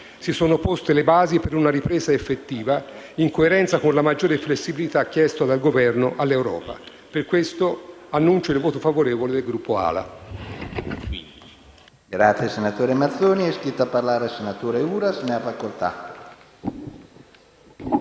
si sono poste le basi per una ripresa effettiva, in coerenza con la maggiore flessibilità chiesta dal Governo all'Europa. Per questo dichiaro il voto favorevole del Gruppo AL-A.